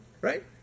right